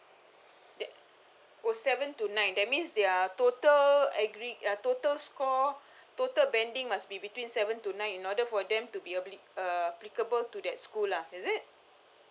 eh oh seven to nine that means their total aggre~ uh total score total banding must be between seven to nine in order for them to be appli~ uh applicable to that school lah is it